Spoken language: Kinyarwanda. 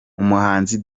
umuhanzi